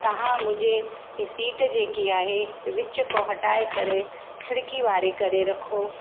तव्हां मुंहिंजे इहे सीट जेकी आहे विचु खां हटाए करे खिड़की वारे करे रखो